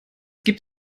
gibt